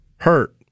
hurt